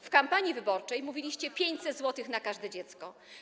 W kampanii wyborczej mówiliście: 500 zł na każde dziecko.